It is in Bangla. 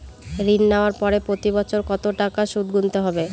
ঋণ নেওয়ার পরে প্রতি বছর কত টাকা সুদ গুনতে হবে?